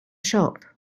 shop